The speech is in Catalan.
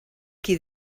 qui